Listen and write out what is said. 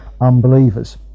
unbelievers